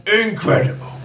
incredible